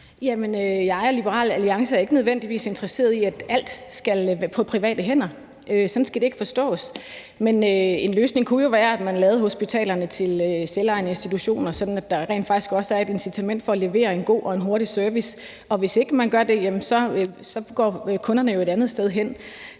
Jeg og Liberal Alliance er ikke nødvendigvis interesseret i, at alt skal på private hænder. Sådan skal det ikke forstås. Men en løsning kunne jo være, at man lavede hospitalerne om til selvejende institutioner, så der rent faktisk også er et incitament for at levere en god og hurtig service, og hvis man ikke gør det, går kunderne et andet sted hen.